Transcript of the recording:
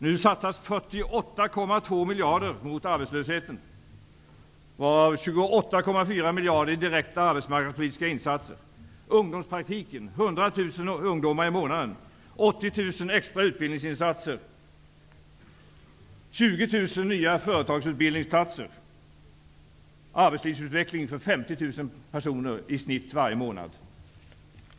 Nu satsas 48,2 miljarder mot arbetslösheten, varav 28,4 miljarder skall användas för direkta arbetsmarknadspolitiska insatser. ungdomar i månaden. Det är fråga om 80 000 extra utbildningsinsatser, 20 000 nya företagsutbildningsplatser och arbetslivsutveckling för i genomsnitt 50 000 människor varje månad.